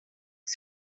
que